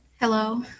Hello